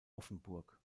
offenburg